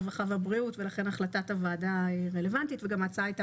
הרווחה והבריאות ולכן החלטת הוועדה היא רלוונטית וגם ההצעה הייתה